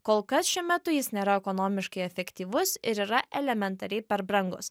kol kas šiuo metu jis nėra ekonomiškai efektyvus ir yra elementariai per brangus